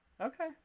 Okay